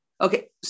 Okay